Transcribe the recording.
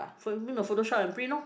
phone mean photoshop and print loh